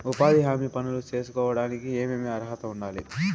ఉపాధి హామీ పనులు సేసుకోవడానికి ఏమి అర్హత ఉండాలి?